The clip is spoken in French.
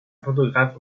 photographe